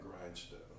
grindstone